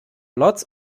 lots